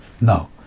No